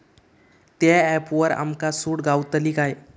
त्या ऍपवर आमका सूट गावतली काय?